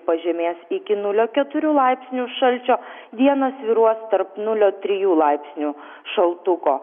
pažemės iki nulio keturių laipsnių šalčio dieną svyruos tarp nulio trijų laipsnių šaltuko